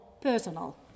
personal